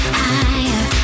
higher